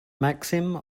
maxim